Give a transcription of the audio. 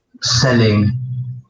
selling